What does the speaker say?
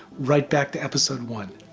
right back to episode one.